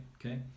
okay